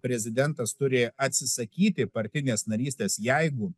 prezidentas turi atsisakyti partinės narystės jeigu